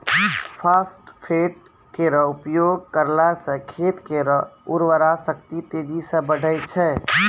phosphate केरो उपयोग करला सें खेत केरो उर्वरा शक्ति तेजी सें बढ़ै छै